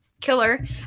killer